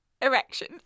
erection